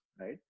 Right